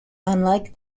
unlike